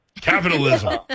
capitalism